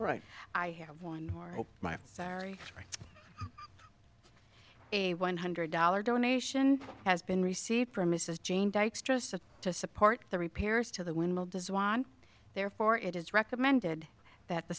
right i have one more of my sorry a one hundred dollar donation has been received from mrs jane dikes just to support the repairs to the windmill does want therefore it is recommended that the